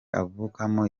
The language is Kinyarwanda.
avukamo